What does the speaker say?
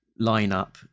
lineup